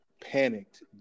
panicked